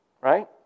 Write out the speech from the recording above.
Right